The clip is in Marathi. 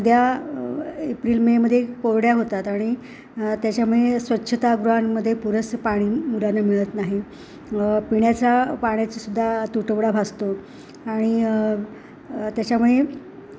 नद्या एप्रिल मे मध्ये कोरड्या होतात आणि त्याच्यामुळे स्वच्छता गृहांमध्ये पुरेसं पाणी मुलांना मिळत नाही पिण्याचा पाण्याची सुद्धा तुटवडा भासतो आणि त्याच्यामुळे